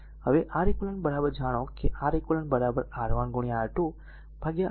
હવે R eq જાણો કેI R eq R1 R2 R1 R2 છે